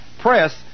press